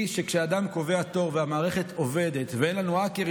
כשאדם קובע תור והמערכת עובדת ואין לנו האקרים